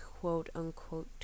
quote-unquote